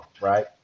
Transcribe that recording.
right